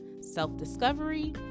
self-discovery